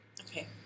okay